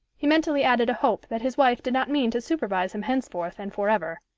he mentally added a hope that his wife did not mean to supervise him henceforth and for ever.